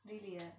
really yeah